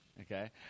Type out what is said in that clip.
okay